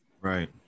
right